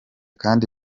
kandi